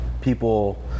people